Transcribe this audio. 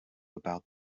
about